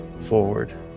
forward